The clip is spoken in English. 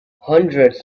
hundreds